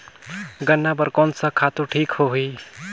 गन्ना बार कोन सा खातु ठीक होही?